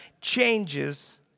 changes